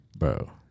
Bro